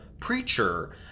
preacher